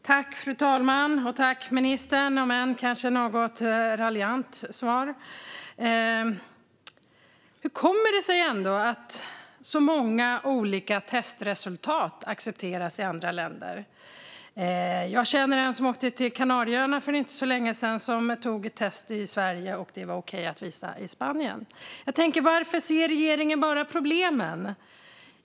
Fru talman! Jag tackar ministern för hennes kanske något raljanta svar. Hur kommer det sig att så många olika testresultat ändå accepteras i andra länder? Jag känner en person som åkte till Kanarieöarna för inte så länge sedan och hade gjort ett test i Sverige. Det var okej att visa i Spanien. Varför ser regeringen bara problemen?